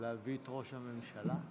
להביא את ראש הממשלה?